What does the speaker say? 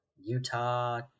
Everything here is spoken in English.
Utah